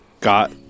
got